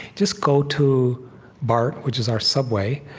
just go to bart, which is our subway,